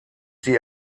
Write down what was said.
die